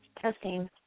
testing